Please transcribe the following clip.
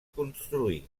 construí